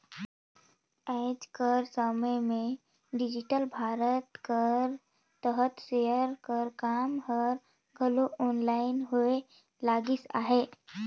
आएज कर समे में डिजिटल भारत कर तहत सेयर कर काम हर घलो आनलाईन होए लगिस अहे